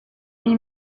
m’y